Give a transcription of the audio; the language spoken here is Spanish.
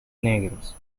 negros